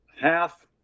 half